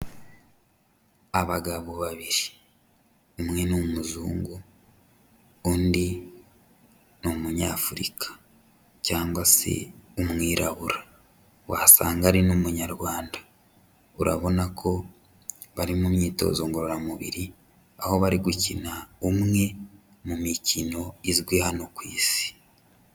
Abagabo babiri umwe ni umuzungu, undi ni umunyafurika cyangwa se umwirabura, wasanga ari n'umunyarwanda. Urabona ko bari mu myitozo ngororamubiri, aho bari gukina umwe mu mikino izwi hano ku isi.